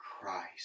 Christ